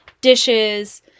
dishes